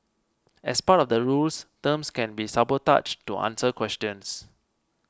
as part of the rules terms can be sabotaged to answer questions